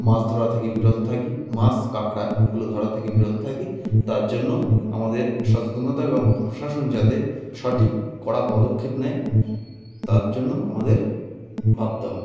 মাছ ধরা থেকে বিরত থাকি মাছ কাঁকড়া এগুলো ধরা থেকে বিরত থাকি তার জন্য আমাদের সচেতন হতে হবে এবং প্রশাসন যাতে সঠিক কড়া পদক্ষেপ নেয় তার জন্য আমাদের ভাবতে হবে